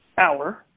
hour